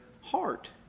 heart